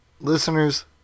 Listeners